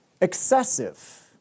excessive